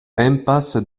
impasse